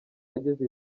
ageza